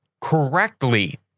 correctly